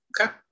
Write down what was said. Okay